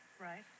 Right